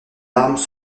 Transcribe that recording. larmes